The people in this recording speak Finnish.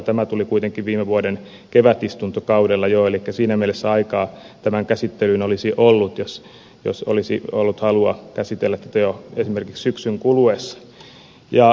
tämä tuli kuitenkin viime vuoden kevätistuntokaudella jo elikkä siinä mielessä aikaa tämän käsittelyyn olisi ollut jos olisi ollut halua käsitellä tätä jo esimerkiksi syksyn kuluessa